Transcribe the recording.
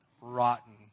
rotten